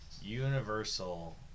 Universal